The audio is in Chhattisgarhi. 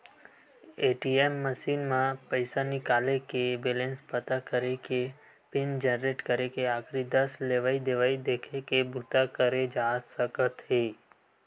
ए.टी.एम मसीन म पइसा निकाले के, बेलेंस पता करे के, पिन जनरेट करे के, आखरी दस लेवइ देवइ देखे के बूता करे जा सकत हे